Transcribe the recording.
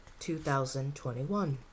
2021